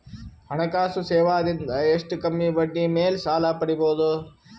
ಹಣಕಾಸು ಸೇವಾ ದಿಂದ ಎಷ್ಟ ಕಮ್ಮಿಬಡ್ಡಿ ಮೇಲ್ ಸಾಲ ಪಡಿಬೋದ?